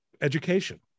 education